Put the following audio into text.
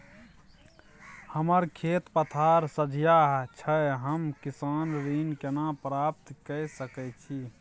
हमर खेत पथार सझिया छै हम किसान ऋण केना प्राप्त के सकै छी?